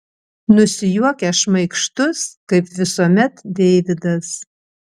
nusijuokia šmaikštus kaip visuomet deividas